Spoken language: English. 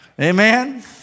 Amen